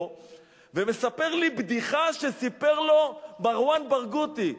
ומספר לי בדיחה שסיפר לו מרואן ברגותי.